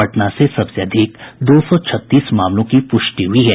पटना से सबसे अधिक दो सौ छत्तीस मामलों की पुष्टि हुई है